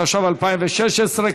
התשע"ו 2016,